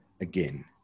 again